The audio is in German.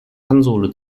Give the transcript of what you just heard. konsole